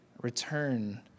return